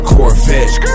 Corvette